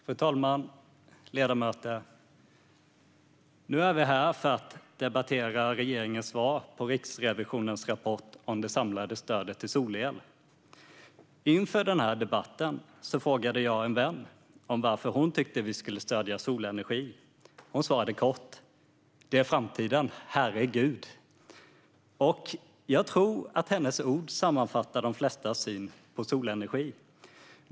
Fru talman och ledamöter! Nu är vi här för att debattera regeringens svar på Riksrevisionens rapport om det samlade stödet till solel. Inför denna debatt frågade jag en vän varför hon tyckte att vi skulle stödja solenergi. Hon svarade kort: Det är framtiden - herregud! Jag tror att hennes ord sammanfattar de flestas syn på solenergi.